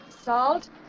Salt